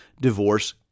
divorce